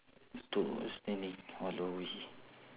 need to